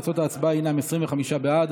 תוצאות ההצבעה הן 25 בעד,